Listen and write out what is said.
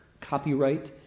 copyright